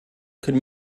could